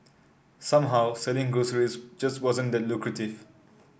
somehow selling groceries just wasn't that lucrative